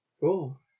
Cool